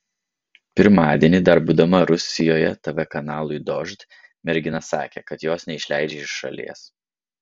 pirmadienį dar būdama rusijoje tv kanalui dožd mergina sakė kad jos neišleidžia iš šalies